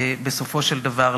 בסופו של דבר,